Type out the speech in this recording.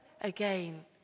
again